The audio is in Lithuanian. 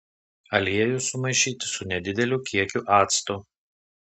aliejų sumaišyti su nedideliu kiekiu acto